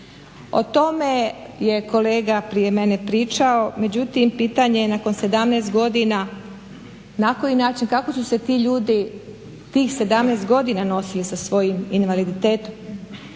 O tome je kolega prije mene pričao, međutim pitanje je nakon 17 godina na koji način, kako su se ti ljudi tih 17 godina nosili sa svojim invaliditetom,